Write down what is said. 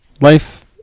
life